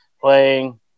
playing